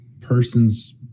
person's